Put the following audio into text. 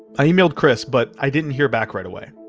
i emailed chris, but i didn't hear back right away.